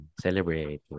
celebrate